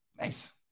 Nice